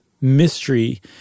mystery